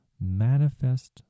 manifest